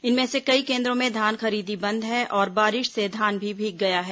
इनमें से कई केन्द्रों में धान खरीदी बंद है और बारिश से धान भी भीग गया है